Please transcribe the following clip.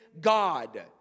god